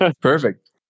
perfect